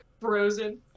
Frozen